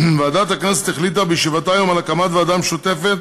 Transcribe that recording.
ועדת הכנסת החליטה בישיבתה היום על הקמת ועדה משותפת